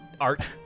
art